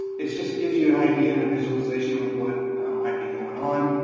it just gives you an idea and a visualization of what might be going on.